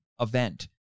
event